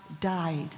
died